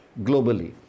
globally